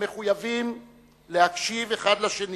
המחויבים להקשיב אחד לשני